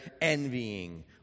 envying